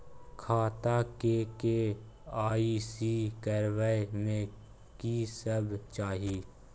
खाता के के.वाई.सी करबै में की सब चाही?